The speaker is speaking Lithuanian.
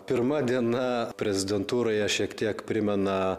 pirma diena prezidentūroje šiek tiek primena